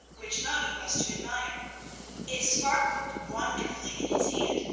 which moni was to admire it sparkled wonderfully in his hand,